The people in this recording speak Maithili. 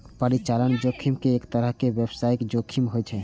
परिचालन जोखिम एक तरहक व्यावसायिक जोखिम होइ छै